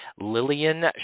Lillian